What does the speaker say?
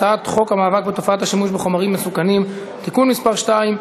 הצעת חוק המאבק בתופעת השימוש בחומרים מסכנים (תיקון מס' 2),